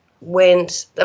went